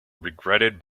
regretted